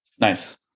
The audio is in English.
Nice